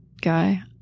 guy